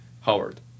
Howard